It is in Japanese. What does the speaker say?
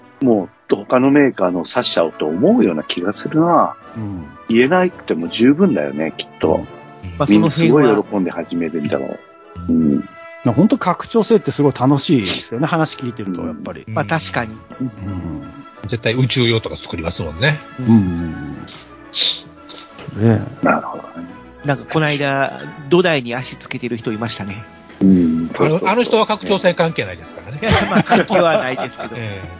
もう、他のメーカーの差しちゃおうと思うような気がするな。うん。言えなくても十分だよね、きっと。うん。まあ、みんなすごい喜んで始めてみたの。うん。うん。なんかほんと拡張性ってすごい楽しいですよね。話聞いてると、やっぱり。まあ、確かに。うん。うん。絶対宇宙用とか作りますもんね。うん。うん。ね。なるほどね。なんかこの間、土台に足つけてる人いましたね。 うん。そうそうそう。あの、あの人は拡張性関係ないですからね。まあ、関係はないですけど。 ええ。